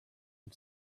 and